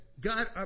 God